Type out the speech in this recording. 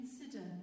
consider